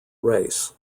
race